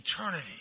eternity